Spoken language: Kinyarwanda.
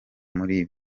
muri